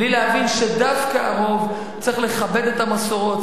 בלי להבין שדווקא הרוב צריך לכבד את המסורות,